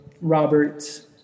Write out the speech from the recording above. Robert